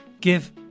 give